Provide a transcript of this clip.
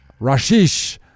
Rashish